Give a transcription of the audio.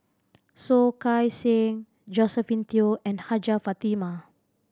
Soh Kay Siang Josephine Teo and Hajjah Fatimah